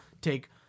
take